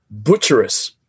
butcherous